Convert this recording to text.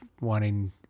wanting